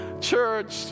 Church